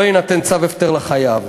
לא יינתן צו הפטר לחייב.